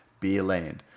Beerland